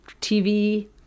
TV